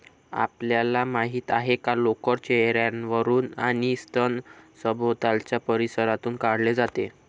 आपल्याला माहित आहे का लोकर चेहर्यावरून आणि स्तन सभोवतालच्या परिसरातून काढले जाते